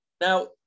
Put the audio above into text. Now